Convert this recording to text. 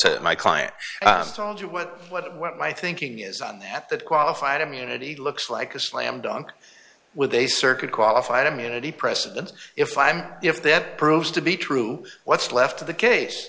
to my client told you what what my thinking is on that that qualified immunity looks like a slam dunk with a circuit qualified immunity precedent if i'm if that proves to be true what's left of the case